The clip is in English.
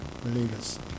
believers